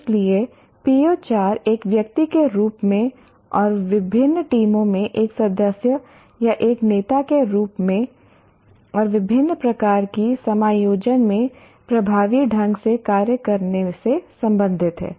इसलिए PO 4 एक व्यक्ति के रूप में और विभिन्न टीमों में एक सदस्य या एक नेता के रूप में और विभिन्न प्रकार की समायोजन में प्रभावी ढंग से कार्य करने से संबंधित है